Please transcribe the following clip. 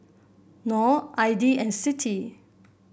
Nor Aidil and Siti